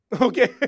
Okay